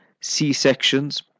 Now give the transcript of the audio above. c-sections